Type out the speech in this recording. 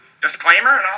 disclaimer